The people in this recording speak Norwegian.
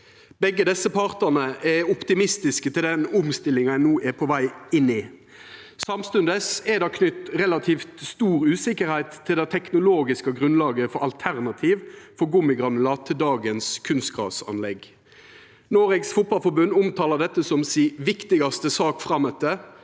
Begge desse partane er optimistiske til den omstillinga ein no er på veg inn i. Samstundes er det knytt relativt stor usikkerheit til det teknologiske grunnlaget for alternativ til gummigranulat i kunstgrasanlegga i dag. Norges Fotballforbund omtalar dette som si viktigaste sak frametter